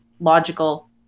logical